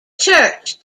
church